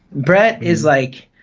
brett is like,